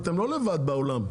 אתם לא לבד בעולם,